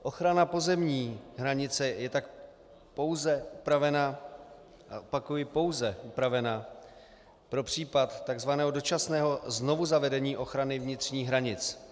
Ochrana pozemní hranice je tak pouze upravena opakuji, pouze upravena pro případ takzvaného dočasného znovuzavedení ochrany vnitřních hranic.